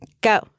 go